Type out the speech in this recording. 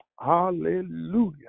Hallelujah